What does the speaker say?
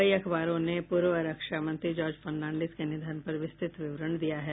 कई अखबारों ने पूर्व रक्षा मंत्री जॉर्ज फर्नांडिस के निधन पर विस्तृत विवरण दिया है